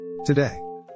today